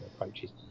approaches